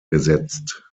gesetzt